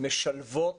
משלבות